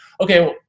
okay